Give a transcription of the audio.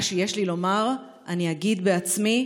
מה שיש לי לומר אני אגיד בעצמי,